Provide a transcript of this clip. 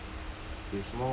<Z